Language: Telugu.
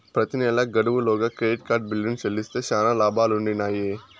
ప్రెతి నెలా గడువు లోగా క్రెడిట్ కార్డు బిల్లుని చెల్లిస్తే శానా లాబాలుండిన్నాయి